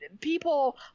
people